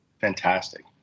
fantastic